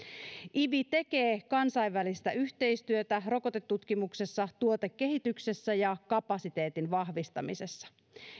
ivi tekee kansainvälistä yhteistyötä rokotetutkimuksessa tuotekehityksessä ja kapasiteetin vahvistamisessa